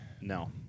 No